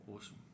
Awesome